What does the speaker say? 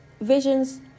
visions